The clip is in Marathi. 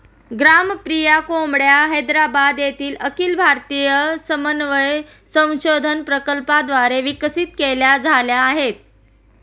ग्रामप्रिया कोंबड्या हैदराबाद येथील अखिल भारतीय समन्वय संशोधन प्रकल्पाद्वारे विकसित झाल्या आहेत